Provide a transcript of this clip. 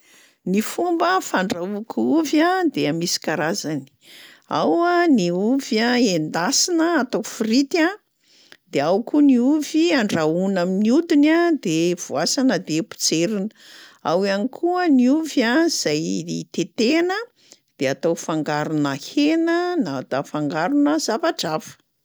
Ny fomba fandrahoiko ovy a dia misy karazany: ao a ny ovy a endasina atao frity a, de ao koa ny ovy andrahoina amin'ny hidina de voasana de potserina, ao ihany ny ovy a zay tetehana de atao fangaronà hena na ata fangaronà zavatra hafa.